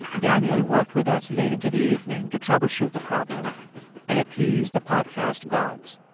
daniel worked with us late into the evening to troubleshoot the problem and appease the podcast gods.